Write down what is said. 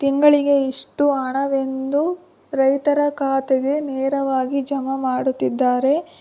ತಿಂಗಳಿಗೆ ಇಷ್ಟು ಹಣವೆಂದು ರೈತರ ಖಾತೆಗೆ ನೇರವಾಗಿ ಜಮಾ ಮಾಡುತ್ತಿದ್ದಾರೆ